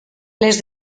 les